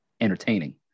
entertaining